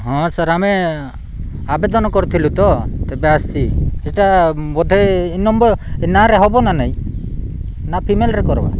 ହଁ ସାର୍ ଆମେ ଆବେଦନ କରିଥିଲୁ ତ ତେବେ ଆସିଛି ସେଇଟା ବୋଧେ ଏହି ନମ୍ବର୍ ନାଁରେ ହେବ ନା ନାହିଁ ନା ଫିମେଲ୍ରେ କରିବା